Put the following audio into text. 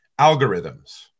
algorithms